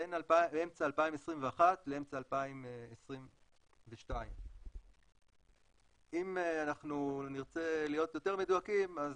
בין אמצע 2021 לאמצע 2022. אם נרצה להיות יותר מדויקים,